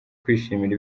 kwishimira